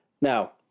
Now